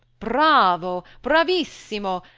bravo! bravissimo!